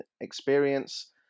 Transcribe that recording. experience